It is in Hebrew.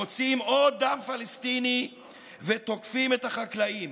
הרוצים עוד דם פלסטיני ותוקפים את החקלאים.